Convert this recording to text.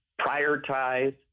prioritize